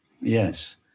yes